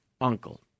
uncle